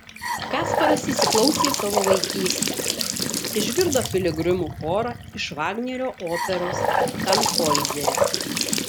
kasparas įsiklausė į savo vaikystę išgirdo piligrimų chorą iš vagnerio operos tanhoizeris